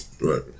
Right